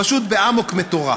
פשוט באמוק מטורף,